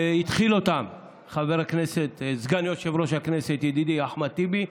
שהתחיל אותו סגן יושב-ראש הכנסת ידידי אחמד טיבי,